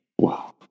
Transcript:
Wow